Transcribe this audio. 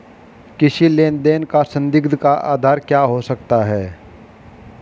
किसी लेन देन का संदिग्ध का आधार क्या हो सकता है?